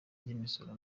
ry’imisoro